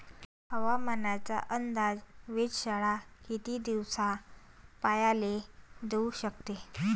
हवामानाचा अंदाज वेधशाळा किती दिवसा पयले देऊ शकते?